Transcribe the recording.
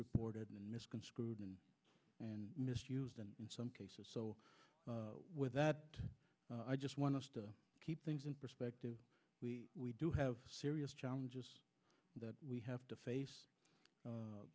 reported and misconstrued and and misused and in some cases so with that i just want to keep things in perspective we do have serious challenges that we have to face